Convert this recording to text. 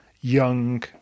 young